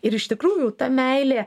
ir iš tikrųjų ta meilė